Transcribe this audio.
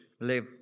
live